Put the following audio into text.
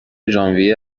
ژانویه